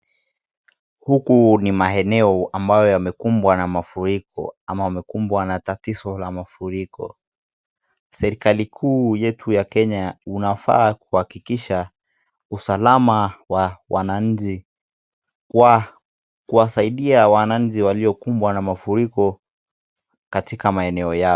Hukua ni maeneo ambayo yamekumbwa na mafuriko ama wamekumbwa na matatizo ya mafuriko. Serikali kuu yetu ya kenya unafaa kuhakikisha usalama wa wananchi, kwa kuwasaidia wananchi waliokumbwa na mafuriko katika maeneo yale.